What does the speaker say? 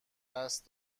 قصد